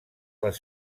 les